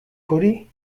hori